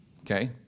Okay